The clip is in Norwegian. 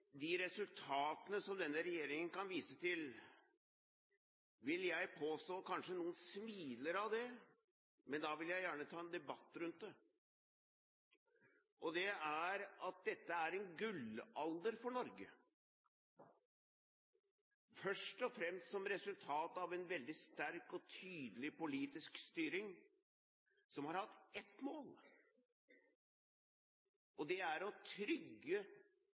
de resultatene som denne regjeringen kan vise til, vil jeg påstå – kanskje noen smiler av det, men da vil jeg gjerne ta en debatt rundt det – har ført til en gullalder for Norge, først og fremst som resultat av en veldig sterk og tydelig politisk styring, som har hatt ett mål, og det er å